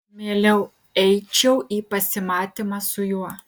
mieliau eičiau į pasimatymą su juo